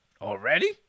already